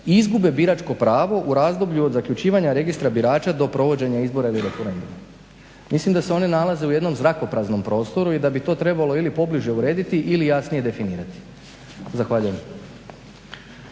izgube biračko pravo u razdoblju od zaključivanja registra birača do provođenja izbora ili referenduma. Mislim da se oni nalaze u jednom zrakopraznom prostoru i da bi to trebalo ili pobliže urediti ili jasnije definirati. Zahvaljujem.